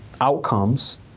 outcomes